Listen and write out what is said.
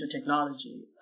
technology